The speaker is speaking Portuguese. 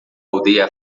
aldeia